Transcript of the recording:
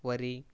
వరి